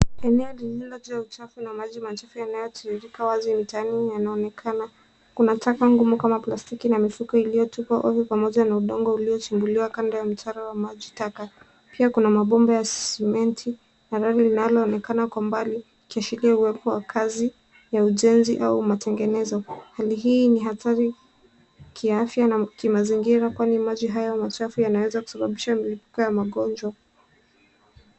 Eneo lililojaa uchafu na maji machafu yanayotiririka wazi mtaani yanaonekana. Kuna taka ngumu kama plastiki na mifuko iliyotupwa ovyo pamoja na udongo iliyochimbuliwa kando ya mtaro wa maji taka. Pia kuna mabomba ya sementi na rangi linaloonekana kwa mbali yakiashiria uwepo wa kazi ya ujenzi au matengenezo. Hali hii ni hatari kiafya na kimazingira kwani maji haya machafu yanaweza kusababisha milipuko ya magonjwa.